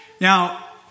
Now